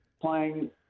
playing